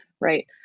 right